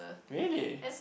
really